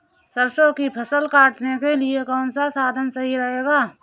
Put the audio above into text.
सरसो की फसल काटने के लिए कौन सा साधन सही रहेगा?